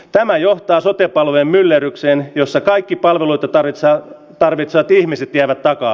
tämä johtaa sotia paljemyllerrykseen jossa kaikki palveluita karitsaa tarvitsevat ihmiset jäävät taka